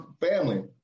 family